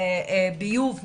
ביוב,